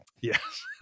Yes